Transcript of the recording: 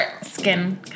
skin